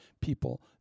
people